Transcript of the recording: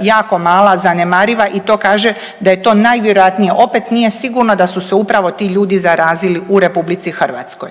jako mala zanemariva i to kaže da je to najvjerojatnije opet nije sigurno da su se upravo ti ljudi zarazili u Republici Hrvatskoj.